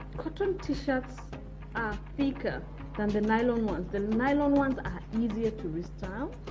cotton t-shirts are thicker than the nylon ones the nylon ones are easier to restyle